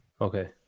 Okay